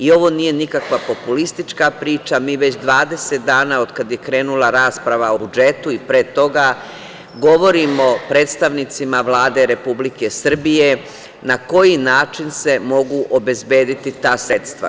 Ovo nije nikakva populistička priča, mi već 20 dana, od kada je krenula rasprava o budžetu i pre toga, govorimo predstavnicima Vlade Republike Srbije na koji način se mogu obezbediti ta sredstva.